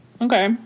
okay